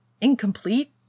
incomplete